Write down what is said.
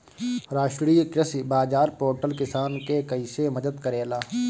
राष्ट्रीय कृषि बाजार पोर्टल किसान के कइसे मदद करेला?